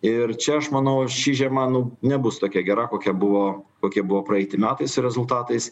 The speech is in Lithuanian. ir čia aš manau ši žiema nu nebus tokia gera kokia buvo kokie buvo praeiti metai su rezultatais